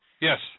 Yes